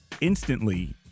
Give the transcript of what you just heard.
instantly